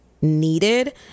needed